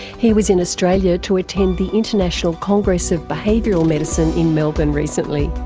he was in australia to attend the international congress of behavioural medicine in melbourne recently.